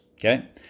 Okay